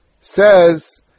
says